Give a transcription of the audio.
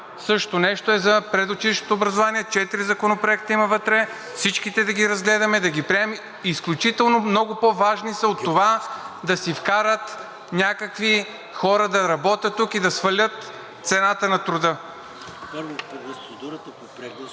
същото нещо да е за предучилищното образование, четири законопроекта има вътре. Всичките да ги разгледаме, да ги приемем. Изключително много по-важни са от това да си вкарат някакви хора да работят тук и да свалят цената на труда.